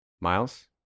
Miles